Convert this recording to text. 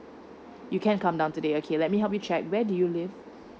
you can come down today okay let me help you check where do you live